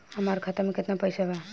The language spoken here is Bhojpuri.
हमार खाता में केतना पैसा बा?